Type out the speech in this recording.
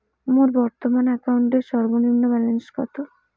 মোর বর্তমান অ্যাকাউন্টের সর্বনিম্ন ব্যালেন্স কত?